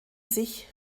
sich